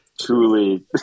truly